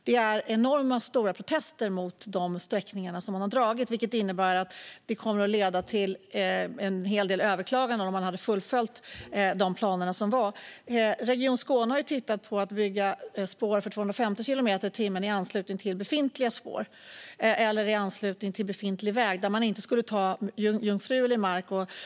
Det har varit enormt stora protester mot de planerade sträckningarna, och det skulle ha lett till en hel del överklaganden om man hade fullföljt de planer som fanns. Region Skåne har tittat på att bygga spår för 250 kilometer i timmen i anslutning till befintliga spår eller i anslutning till befintlig väg, där jungfrulig mark inte skulle tas i anspråk.